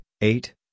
eight